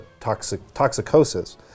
toxicosis